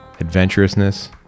adventurousness